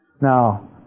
Now